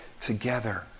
together